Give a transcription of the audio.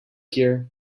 here